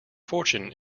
fortune